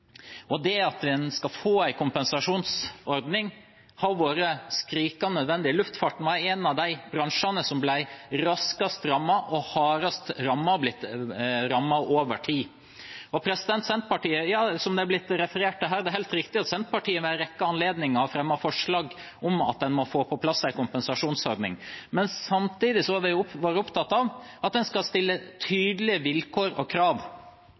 og ser de store konsekvensene nedstengningen av Norge har hatt for aktiviteten på Gardermoen og i området rundt. Å få en kompensasjonsordning har vært skrikende nødvendig. Luftfarten var en av de bransjene som ble raskest rammet og er blitt hardest rammet over tid. Som det er blitt referert til her, er det helt riktig at Senterpartiet ved en rekke anledninger har fremmet forslag om at en må få på plass en kompensasjonsordning. Samtidig har vi vært opptatt av at en skal stille tydelige vilkår og krav.